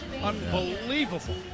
unbelievable